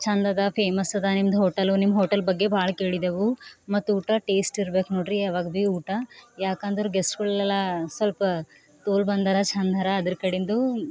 ಚಂದ ಅದ ಫೇಮಸ್ ಅದ ನಿಮ್ಮದು ಹೋಟೆಲು ನಿಮ್ಮ ಹೋಟೆಲ್ ಬಗ್ಗೆ ಭಾಳ ಕೇಳಿದೆವು ಮತ್ತು ಊಟ ಟೇಸ್ಟ್ ಇರ್ಬೇಕು ನೋಡಿರಿ ಯಾವಾಗ ಭೀ ಊಟ ಊಟ ಯಾಕಂದ್ರೆ ಗೆಸ್ಟ್ಗಳೆಲ್ಲ ಸ್ವಲ್ಪ ತೋಲ್ ಬಂದು ಅರ ಚಂದ ಅರ ಅದ್ರ ಕಡಿಂದು